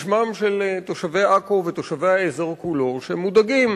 בשמם של תושבי עכו ותושבי האזור כולו, שמודאגים